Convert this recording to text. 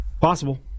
Possible